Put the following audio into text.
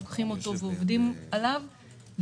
לוקחים אותו ועובדים עליו.